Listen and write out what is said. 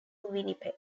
winnipeg